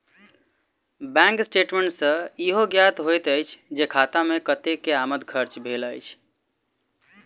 bank statement सॅ ईहो ज्ञात होइत अछि जे खाता मे कतेक के आमद खर्च भेल अछि